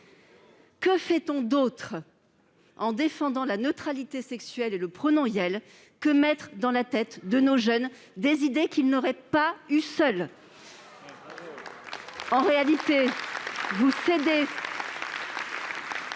que fait-on en défendant la neutralité sexuelle et le pronom « iel » si ce n'est mettre dans la tête de nos jeunes des idées qu'ils n'auraient pas eues seuls ? En réalité, vous cédez